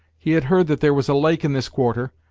he had heard that there was a lake in this quarter,